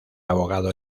abogado